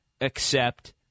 accept